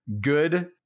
Good